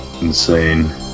insane